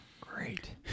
Great